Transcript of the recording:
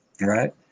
right